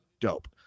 dope